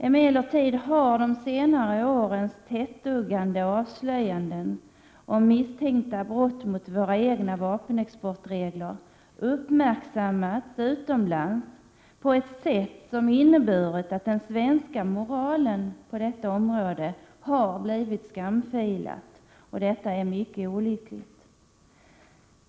Emellertid har de senare årens tättduggande avslöjanden om misstänkta brott mot våra egna vapenexportregler uppmärksammats utomlands på ett sätt som inneburit att den svenska moralen på det här området har blivit skamfilad, vilket är mycket olyckligt.